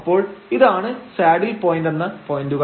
അപ്പോൾ ഇതാണ് saddle point എന്ന പോയന്റുകൾ